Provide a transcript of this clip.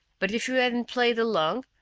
but if you hadn't played along,